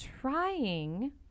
trying